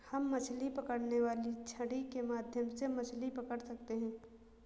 हम मछली पकड़ने वाली छड़ी के माध्यम से मछली पकड़ सकते हैं